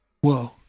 Whoa